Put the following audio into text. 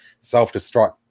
self-destruct